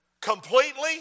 completely